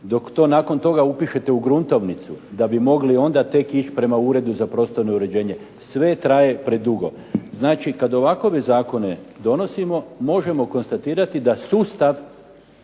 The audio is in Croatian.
Dok to nakon toga upišete u gruntovnicu da bi mogli onda tek ići prema Uredu za prostorno uređenje. Sve traje predugo. Znači, kad ovakove zakone donosimo možemo konstatirati da sustav